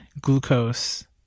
glucose